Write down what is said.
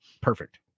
Perfect